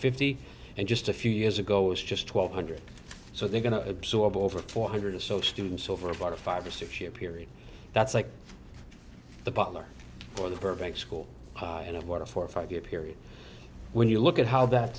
fifty and just a few years ago it was just twelve hundred so they're going to absorb over four hundred or so students over about a five or six year period that's like the butler for the burbank school and of water for five year period when you look at how that